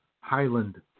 Highland